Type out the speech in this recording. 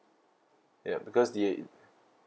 yup because the